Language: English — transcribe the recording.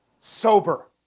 sober